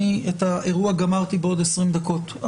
את האירוע אני גמרתי בעוד 20 דקות.